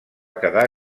quedar